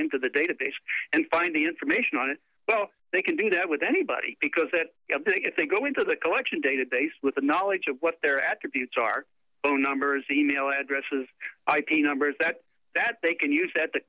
into the database and find the information on it so they can do that with anybody because that they go into the collection database with the knowledge of what their attributes are own numbers email addresses ip numbers that that they can use that the